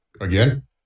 Again